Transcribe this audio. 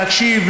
להקשיב,